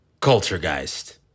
Culturegeist